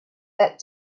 that